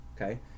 okay